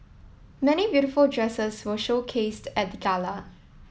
many beautiful dresses were showcased at the gala